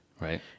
Right